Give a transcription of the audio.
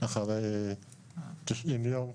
אחרי 90 ימים.